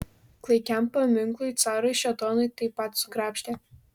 klaikiam paminklui carui šėtonui taip pat sukrapštė